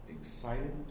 Excited